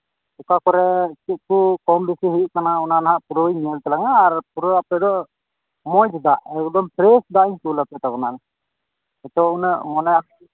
ᱚᱠᱟ ᱠᱚᱨᱮᱫ ᱪᱮᱫ ᱠᱚ ᱠᱚᱢ ᱵᱮᱥᱤ ᱦᱩᱭᱩᱜ ᱠᱟᱱᱟ ᱯᱱᱟ ᱦᱟᱸᱜ ᱯᱩᱨᱟᱹᱧ ᱧᱮᱞ ᱛᱟᱞᱟᱝᱟ ᱟᱨ ᱯᱩᱨᱟ ᱟᱯᱮ ᱫᱚ ᱢᱚᱡᱽ ᱫᱟᱜ ᱮᱠᱫᱚᱢ ᱯᱷᱨᱮᱹᱥ ᱫᱟᱜ ᱤᱧ ᱠᱩᱞ ᱟᱠᱟᱫ ᱛᱟᱚᱱᱟ ᱱᱤᱛᱚᱜ ᱩᱱᱟᱹᱜ ᱢᱚᱱᱮ ᱟᱞᱚᱢ